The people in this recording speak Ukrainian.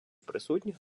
присутніх